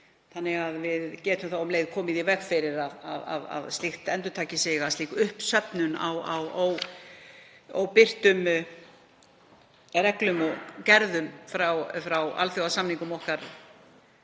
hætti.“ Við getum þá um leið komið í veg fyrir að slíkt endurtaki sig, að slík uppsöfnun á óbirtum reglum og gerðum frá alþjóðasamningum okkar